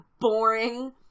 boring